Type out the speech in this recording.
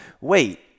wait